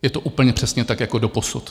Je to úplně přesně tak jako doposud.